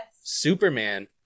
Superman